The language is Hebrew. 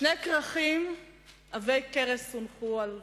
שני כרכים עבי כרס הונחו על שולחננו,